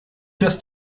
dass